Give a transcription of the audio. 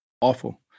awful